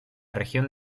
región